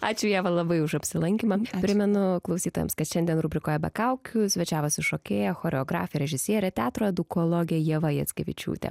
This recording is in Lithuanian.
ačiū ieva labai už apsilankymą primenu klausytojams kad šiandien rubrikoje be kaukių svečiavosi šokėja choreografė režisierė teatro edukologė ieva jackevičiūtė